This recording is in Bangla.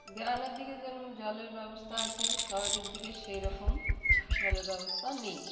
গ্রামের দিকে যেরম জলের ব্যবস্থা আছে শহরের দিকে সেই রকম জলের ব্যবস্থা নেই